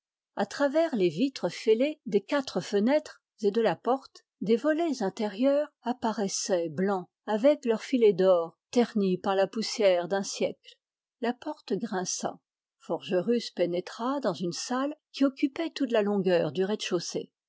à travers les vitres des quatre fenêtres et de la porte apparaissaient les volets blancs à filets d'or et ternis par la poussière d'un siècle la porte grinça forgerus pénétra dans une salle qui occupait toute la longueur du rez-de-chaussée